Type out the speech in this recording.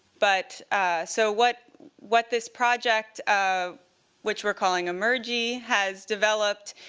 but so what what this project, um which we're calling emerji, has developed,